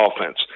offense